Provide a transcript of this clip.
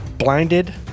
Blinded